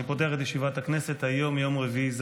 הישיבה המאה-ושלושים-ושבע של הכנסת העשרים-וחמש יום רביעי,